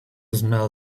smell